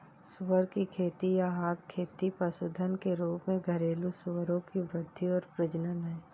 सुअर की खेती या हॉग खेती पशुधन के रूप में घरेलू सूअरों की वृद्धि और प्रजनन है